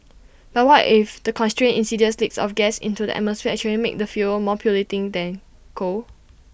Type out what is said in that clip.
but what if the constant insidious leaks of gas into the atmosphere actually make the fuel more polluting than coal